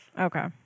Okay